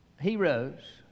heroes